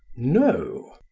no.